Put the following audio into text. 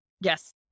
Yes